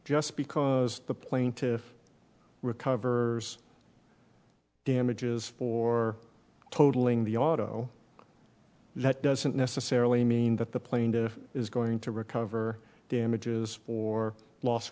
just because the plane to recover damages for totalling the auto that doesn't necessarily mean that the plane is going to recover damages or los